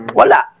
wala